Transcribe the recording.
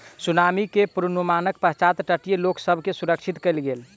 tsunami के पुर्वनुमानक पश्चात तटीय लोक सभ के सुरक्षित कयल गेल